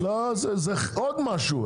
עוד משהו.